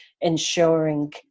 ensuring